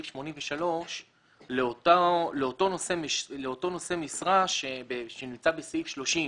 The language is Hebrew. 83 לאותו נושא משרה שנמצא בסעיף 30,